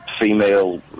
female